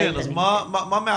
אז מה מעכב?